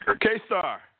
K-Star